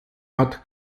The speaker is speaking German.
hat